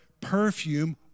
perfume